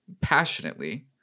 passionately